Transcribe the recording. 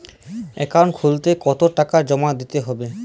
Account খুলতে কতো টাকা জমা দিতে হবে?